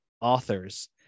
authors